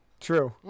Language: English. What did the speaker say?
True